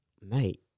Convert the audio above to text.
Mate